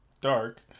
dark